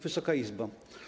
Wysoka Izbo!